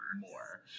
more